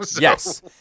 Yes